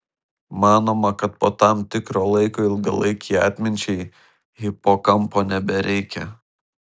manoma kad po tam tikro laiko ilgalaikei atminčiai hipokampo nebereikia